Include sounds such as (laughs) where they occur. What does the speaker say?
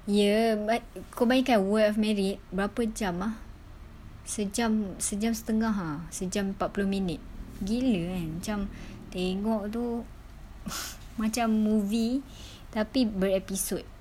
ye but kau bayang kan world of married berapa jam ah sejam sejam setengah ah sejam empat puluh minit gila kan macam tengok tu (laughs) macam movie tapi ber episode